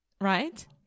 Right